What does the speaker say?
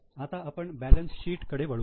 आता आपण balance sheet कडे वळू